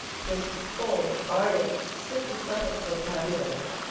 his full, ardent, sympathetic vocabulary,